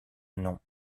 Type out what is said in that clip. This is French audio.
non